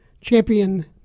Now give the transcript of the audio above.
champion